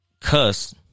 Cuss